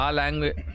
language